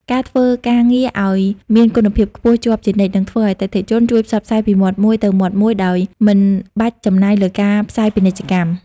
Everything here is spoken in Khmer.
ការធ្វើការងារឱ្យមានគុណភាពខ្ពស់ជាប់ជានិច្ច នឹងធ្វើឱ្យអតិថិជនជួយផ្សព្វផ្សាយពីមាត់មួយទៅមាត់មួយដោយមិនបាច់ចំណាយលើការផ្សាយពាណិជ្ជកម្ម។